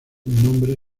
nombre